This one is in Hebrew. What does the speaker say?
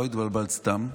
לא התבלבלת סתם.